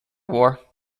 war